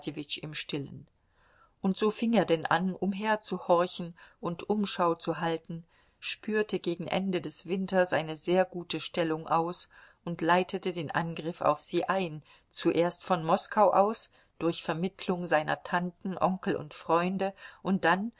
im stillen und so fing er denn an umherzuhorchen und umschau zu halten spürte gegen ende des winters eine sehr gute stellung aus und leitete den angriff auf sie ein zuerst von moskau aus durch vermittelung seiner tanten onkel und freunde und dann